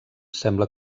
sembla